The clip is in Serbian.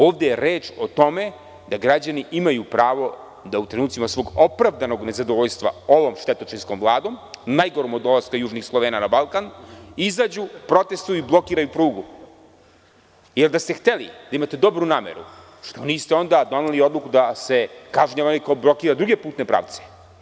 Ovde je reč o tome da građani imaju pravo da u trenucima svog opravdanog nezadovoljstva ovom štetočinskom vladom, najgorom od dolaska Južnih Slovena na Balkan, izađu, protestvuju i blokiraju prugu, jer da ste hteli da imate dobru nameru, što niste onda doneli odluku da se kažnjava onaj ko blokira druge putne pravce?